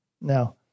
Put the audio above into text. Now